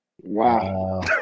Wow